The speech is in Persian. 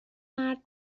مرد